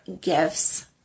gifts